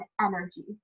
energy